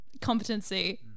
competency